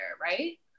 right